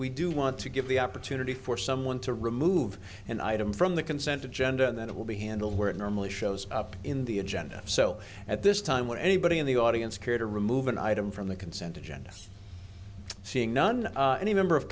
we do want to give the opportunity for someone to remove an item from the consent agenda and then it will be handled where it normally shows up in the agenda so at this time when anybody in the audience care to remove an item from the consent agenda seeing none and a member of